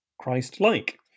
Christ-like